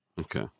Okay